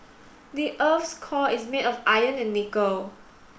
the earth's core is made of iron and nickel